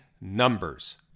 numbers